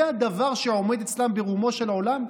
זה הדבר שעומד אצלם ברומו של עולם?